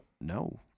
No